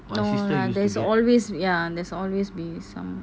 no lah there's always ya there's always be some